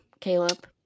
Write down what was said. caleb